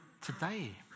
today